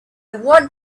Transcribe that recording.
want